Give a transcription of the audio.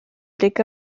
blick